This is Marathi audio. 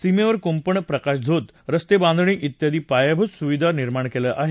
सीमेवर कुंपण प्रकाशझोत रस्तेबांधणी त्यादी पायाभूत सुविधा निर्माण केल्या आहेत